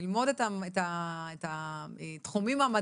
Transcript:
הן החליטו ללכת וללמוד את התחומים המדעיים